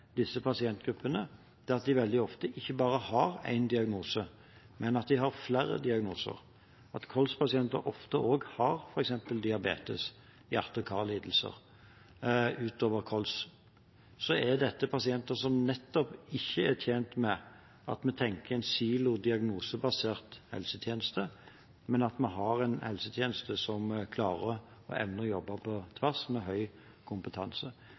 disse pasientgruppene, er at de veldig ofte ikke bare har én diagnose, de har flere diagnoser. Kols-pasienter har ofte også f.eks. diabetes, hjerte- og karlidelser, utover kols. Dette er pasienter som nettopp ikke er tjent med at vi tenker en silo- og diagnosebasert helsetjeneste, men at vi har en helsetjeneste som klarer og evner å jobbe på tvers med høy kompetanse.